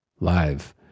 live